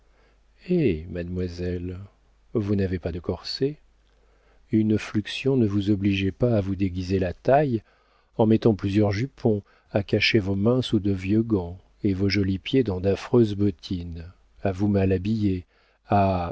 eh mademoiselle vous n'avez pas de corset une fluxion ne vous obligeait pas à vous déguiser la taille en mettant plusieurs jupons à cacher vos mains sous de vieux gants et vos jolis pieds dans d'affreuses bottines à vous mal habiller